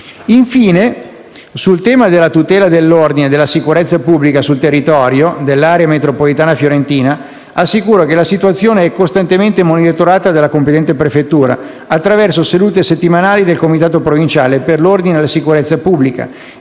Infine, sul tema della tutela dell'ordine e della sicurezza pubblica sul territorio dell'area metropolitana fiorentina, assicuro che la situazione è costantemente monitorata dalla competente prefettura, attraverso sedute settimanali del comitato provinciale per l'ordine e la sicurezza pubblica